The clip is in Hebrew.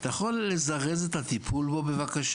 אתה יכול לזרז את הטיפול בו בבקשה?".